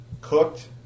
Cooked